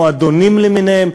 מועדונים למיניהם,